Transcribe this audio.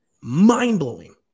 Mind-blowing